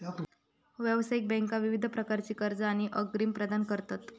व्यावसायिक बँका विविध प्रकारची कर्जा आणि अग्रिम प्रदान करतत